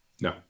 No